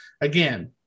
again